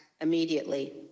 immediately